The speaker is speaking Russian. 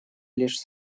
лишь